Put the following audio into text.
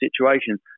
situations